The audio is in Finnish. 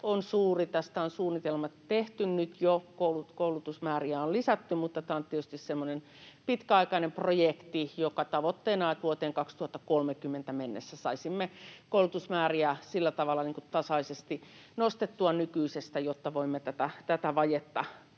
on suuri. Tästä on suunnitelmat nyt jo tehty, koulutusmääriä on lisätty, mutta tämä on tietysti semmoinen pitkäaikainen projekti, jonka tavoitteena on, että vuoteen 2030 mennessä saisimme koulutusmääriä sillä tavalla tasaisesti nostettua nykyisestä, että voimme tätä vajetta